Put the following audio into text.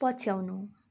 पछ्याउनु